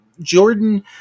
Jordan